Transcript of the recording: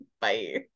bye